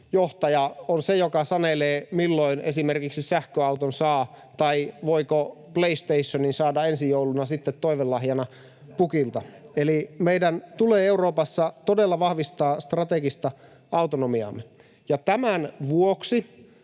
johtaja on se, joka sanelee, milloin esimerkiksi sähköauton saa tai voiko PlayStationin saada ensi jouluna toivelahjana pukilta. Eli meidän tulee Euroopassa todella vahvistaa strategista autonomiaamme. Tämän vuoksi